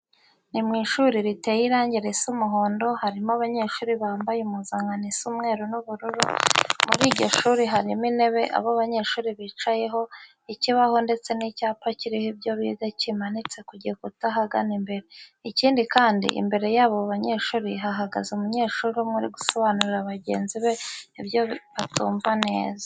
Ni mu ishuri riteye irange risa umuhondo, harimo abanyeshuri bambaye impuzankano isa umweru n'ubururu. Muri iryo shuri harimo intebe abo banyeshuri bicayeho, ikibaho ndetse n'icyapa kiriho ibyo biga kimanitse ku gikuta ahagana imbere. Ikindi kandi, Imbere y'abo banyeshuri hahagaze umunyeshuri umwe uri gusobanurira bagenzi be ibyo batumva neza.